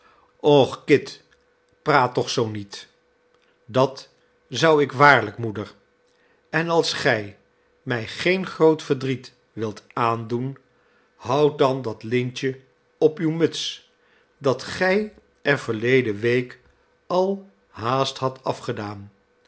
och kit praat toch zoo niet dat zou ik waarlijk moeder en als gij mij geen groot verdriet wilt aandoen houd dan dat lintje op uwe muts dat gij er verleden week al haast hadt afgedaan